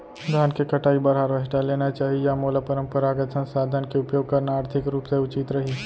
धान के कटाई बर हारवेस्टर लेना चाही या मोला परम्परागत संसाधन के उपयोग करना आर्थिक रूप से उचित रही?